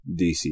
DC